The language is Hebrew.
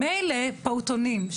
מילא פעוטונים,